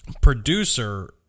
producer